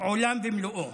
הוא עולם ומלואו.